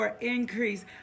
increase